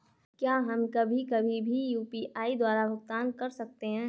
क्या हम कभी कभी भी यू.पी.आई द्वारा भुगतान कर सकते हैं?